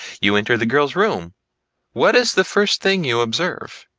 you enter the girl's room what is the first thing you observe?